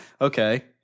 okay